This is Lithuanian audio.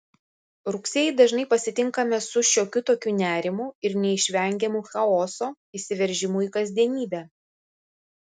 rugsėjį dažnai pasitinkame su šiokiu tokiu nerimu ir neišvengiamu chaoso įsiveržimu į kasdienybę